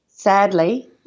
Sadly